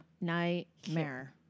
Nightmare